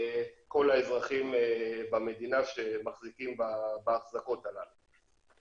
כל האזרחים במדינה שמחזיקים בהחזקות הללו.